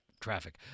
Traffic